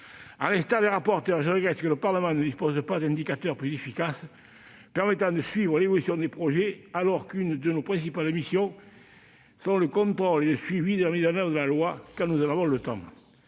À l'instar des rapporteurs, je regrette que le Parlement ne dispose pas d'indicateurs plus efficaces permettant de suivre l'évolution des projets, alors qu'une de nos principales missions est le contrôle et le suivi de la mise en oeuvre de la loi ... quand nous en avons le temps